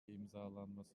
imzalanması